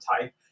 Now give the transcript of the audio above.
type